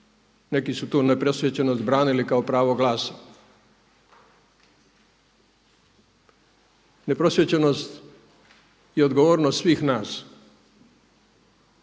Neki su tu neprosvijećenost branili kao pravo glasa, neprosvijećenost i odgovornost svih nas.